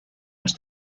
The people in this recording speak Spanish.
los